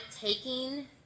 taking